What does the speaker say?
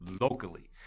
locally